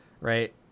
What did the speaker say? right